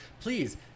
please